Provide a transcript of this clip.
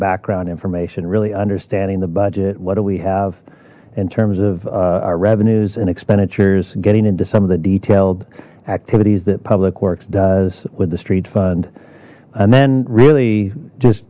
background information really understanding the budget what do we have in terms of our revenues and expenditures getting into some of the detailed activities that public works does with the street fund and then really just